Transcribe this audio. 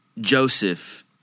Joseph